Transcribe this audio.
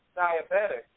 diabetic